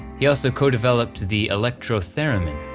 he also co-developed the electro-theremin,